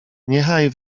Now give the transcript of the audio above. niechaj